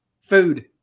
Food